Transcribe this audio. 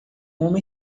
homem